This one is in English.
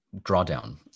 Drawdown